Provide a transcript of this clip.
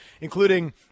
including